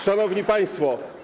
Szanowni Państwo!